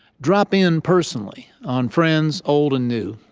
drop in personally on friends old and new.